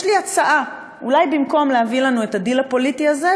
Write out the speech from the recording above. יש לי הצעה: אולי במקום להביא לנו את הדיל הפוליטי הזה,